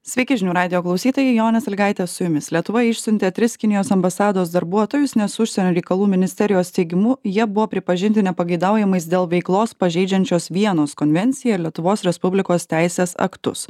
sveiki žinių radijo klausytojai jonė salygaitė su jumis lietuva išsiuntė tris kinijos ambasados darbuotojus nes užsienio reikalų ministerijos teigimu jie buvo pripažinti nepageidaujamais dėl veiklos pažeidžiančios vienos konvenciją ir lietuvos respublikos teisės aktus